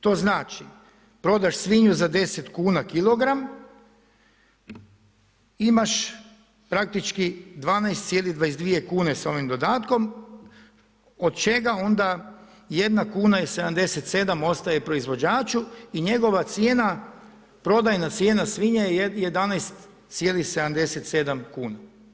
To znači, prodaš svinju za 10 kuna kilogram, imaš praktički 12,22 kune s ovim dodatkom od čega onda 1 kuna i 77 ostaje proizvođaču i njegova cijena, prodajna cijena svinje je 11,77 kn.